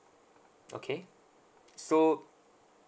okay so